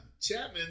Chapman